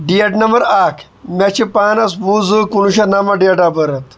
date number اَکھ مےٚ چھِ پانَس وُہ زٕ کُنوُہ شَتھ نَمَتھ ڈیٹ آف بٔرٕتھ